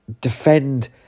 defend